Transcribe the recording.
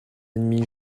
ennemi